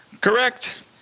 Correct